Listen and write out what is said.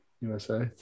USA